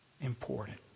important